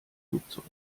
flugzeug